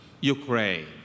Ukraine